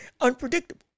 unpredictable